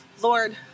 Lord